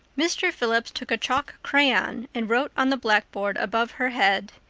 mr. phillips took a chalk crayon and wrote on the blackboard above her head.